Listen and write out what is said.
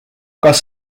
kas